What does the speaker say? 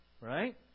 Right